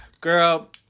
girl